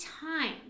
time